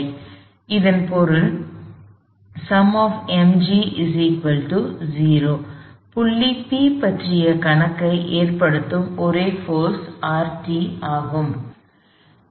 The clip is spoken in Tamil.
எனவே இதன் பொருள் புள்ளி P பற்றிய கணத்தை ஏற்படுத்தும் ஒரே போர்ஸ் Rt ஆகும்